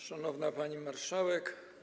Szanowna Pani Marszałek!